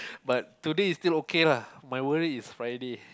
but today is still okay lah my worry is Friday